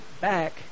back